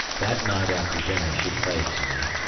that night after dinner she played to me,